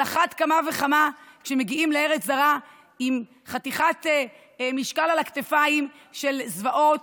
על אחת כמה וכמה כשמגיעים לארץ זרה עם חתיכת משקל על הכתפיים של זוועות,